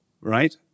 Right